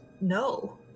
No